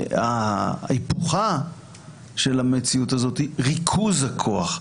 היפוכה של המציאות הזו הוא ריכוז הכוח.